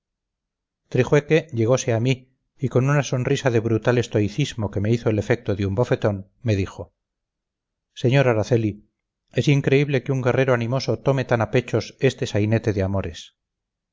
embustero y falsario trijueque llegose a mí y con una sonrisa de brutal estoicismo que me hizo el efecto de un bofetón me dijo sr araceli es increíble que un guerrero animoso tome tan a pechos este sainete de amores